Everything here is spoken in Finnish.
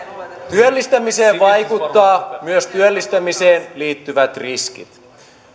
työllistämiseen vaikuttavat myös työllistämiseen liittyvät riskit